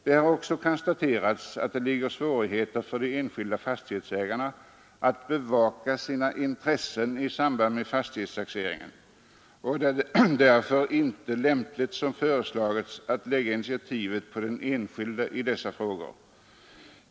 Det har konstaterats att det föreligger svårigheter för de enskilda fastighetsägarna att bevaka sina intressen i samband med fastighetstaxeringen. Det är därför inte lämpligt att, som föreslagits, lägga initiativet på den enskilde i dessa frågor.